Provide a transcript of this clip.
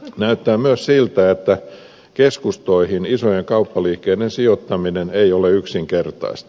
näyttää myös siltä että keskustoihin isojen kauppaliikkeiden sijoittaminen ei ole yksinkertaista